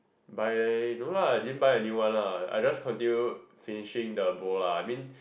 buy no lah I didn't buy a new one lah I just continue finishing the bowl lah I mean